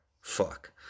Fuck